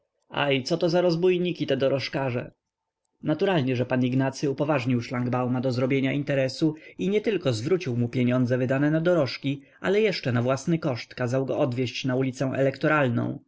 dwadzieścia aj coto za rozbójniki te dorożkarze naturalnie że pan ignacy upoważnił szlaugbauma do zrobienia interesu i nietylko zwrócił mu pieniądze wydane na dorożki ale jeszcze na własny koszt kazał go odwieźć na ulicę elektoralną co